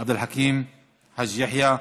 עבד אל חכים חאג' יחיא,